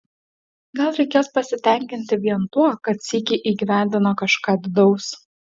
gal reikės pasitenkinti vien tuo kad sykį įgyvendino kažką didaus